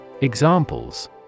Examples